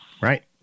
Right